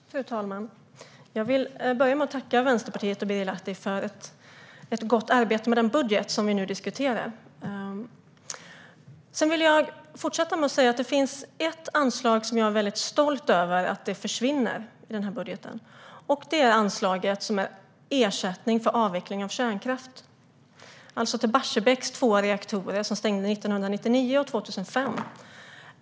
Fru talman! Jag vill börja med att tacka Vänsterpartiet och Birger Lahti för ett gott arbete med den budget som vi nu diskuterar. Jag vill fortsätta med att säga att det finns ett anslag som jag är väldigt stolt över att det försvinner i den här budgeten, och det är anslaget till ersättning för avveckling av kärnkraft, alltså till Barsebäcks två reaktorer som stängde 1999 respektive 2005.